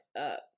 up